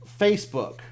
Facebook